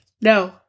No